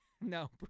No